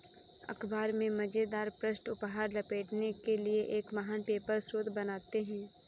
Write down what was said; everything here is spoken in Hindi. अख़बार में मज़ेदार पृष्ठ उपहार लपेटने के लिए एक महान पेपर स्रोत बनाते हैं